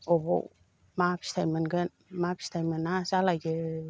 अबाव मा फिथाय मोनगोन मा फिथाय मोना जालायो